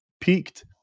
peaked